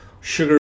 sugar